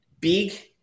big